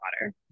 water